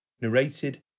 narrated